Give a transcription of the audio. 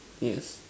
yes